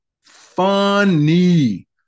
funny